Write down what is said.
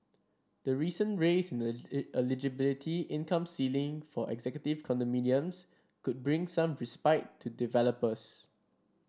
the recent raise in eligibility income ceiling for executive condominiums could bring some respite to developers